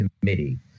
Committee